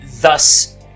thus